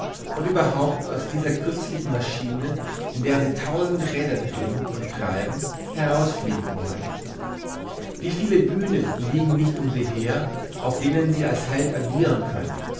und überhaupt aus dieser künstlichen maschine in der sie tausend räder drehn und treiben heraus fliegen wollen wie viele bühnen liegen nicht um sie her auf denen sie als held agiren können